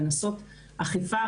מנסות אכיפה,